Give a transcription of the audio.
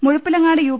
Muzhappilangad U